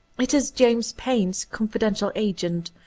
it is james payn's confidential agent,